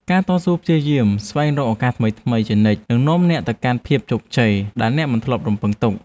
ការតស៊ូព្យាយាមស្វែងរកឱកាសថ្មីៗជានិច្ចនឹងនាំអ្នកទៅកាន់ភាពជោគជ័យដែលអ្នកមិនធ្លាប់រំពឹងទុក។